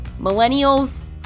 Millennials